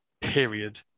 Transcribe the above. Period